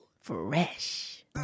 Fresh